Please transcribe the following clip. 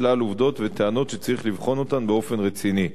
שלל עובדות וטענות שצריך לבחון אותן באופן רציני.